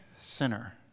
sinner